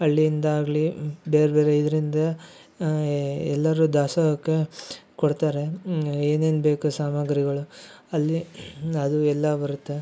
ಹಳ್ಳಿಯಿಂದಾಗಲಿ ಬೇರ್ಬೇರೆ ಇದರಿಂದ ಎಲ್ಲರೂ ದಾಸೋಹಕ್ಕೆ ಕೊಡ್ತಾರೆ ಏನೇನು ಬೇಕು ಸಾಮಗ್ರಿಗಳು ಅಲ್ಲಿ ಅದು ಎಲ್ಲಾ ಬರುತ್ತೆ